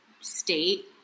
state